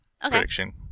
prediction